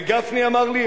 וגפני אמר לי,